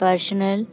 personal